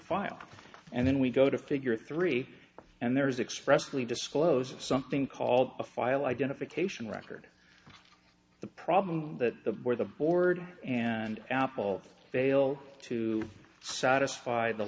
file and then we go to figure three and there is expressly disclose something called a file identification record the problem that the where the board and apple fail to satisfy the